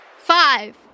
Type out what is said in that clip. Five